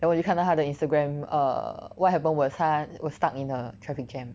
then 我就看到她的 Instagram err what happen was 她 was stuck in a traffic jam